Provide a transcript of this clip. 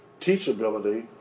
teachability